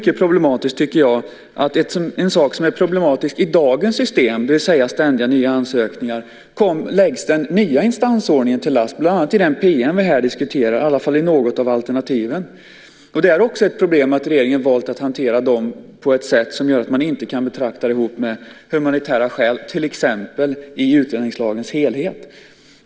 En sak som är problematisk i dagens system är att de ständigt nya ansökningarna läggs den nya instansordningen till last, bland annat enligt den PM som vi här diskuterar, i alla fall i något av alternativen. Det är också ett problem att regeringen valt att hantera dem på ett sätt som gör att man inte kan betrakta dem ihop med humanitära skäl, till exempel i utlänningslagens helhet.